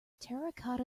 terracotta